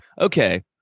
Okay